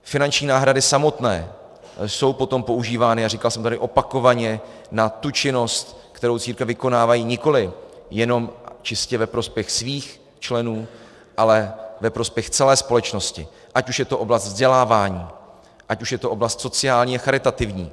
Finanční náhrady samotné jsou potom používány, a říkal jsem to tady opakovaně, na tu činnost, kterou církev vykonávají nikoliv jenom čistě ve prospěch svých členů, ale ve prospěch celé společnosti, ať už je to oblast vzdělávání, ať už je to oblast sociální a charitativní.